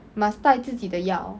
must 带自己的药